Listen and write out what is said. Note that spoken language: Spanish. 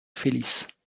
feliz